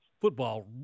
football